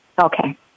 Okay